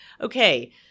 Okay